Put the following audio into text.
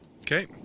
Okay